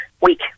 week